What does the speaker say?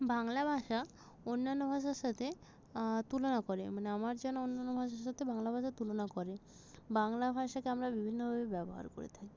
বাংলা ভাষা অন্যান্য ভাষার সাথে তুলনা করে মানে আমার যেন অন্যান্য ভাষার সাথে বাংলা ভাষার তুলনা করে বাংলা ভাষাকে আমরা বিভিন্নভাবে ব্যবহার করে থাকি